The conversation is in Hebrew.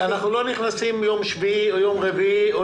אנחנו לא נכנסים ליום שביעי או ליום רביעי.